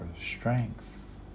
strength